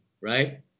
Right